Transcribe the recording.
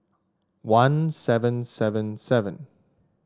one seven seven seven